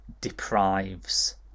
deprives